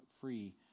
free